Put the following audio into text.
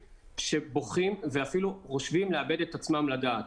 שבוכים ואפילו חושבים לאבד את עצמם לדעת.